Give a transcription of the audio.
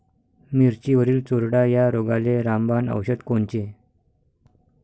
मिरचीवरील चुरडा या रोगाले रामबाण औषध कोनचे?